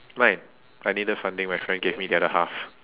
like I needed funding my friend gave me the other half